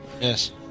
Yes